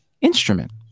instrument